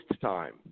time